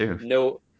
no